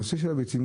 הנושא של הביצים,